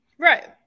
Right